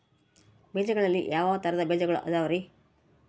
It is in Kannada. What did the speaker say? ಬೇಜಗಳಲ್ಲಿ ಯಾವ ತರಹದ ಬೇಜಗಳು ಅದವರಿ?